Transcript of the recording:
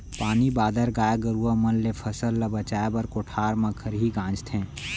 पानी बादर, गाय गरूवा मन ले फसल ल बचाए बर कोठार म खरही गांजथें